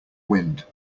wind